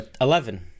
Eleven